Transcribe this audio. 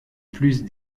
plus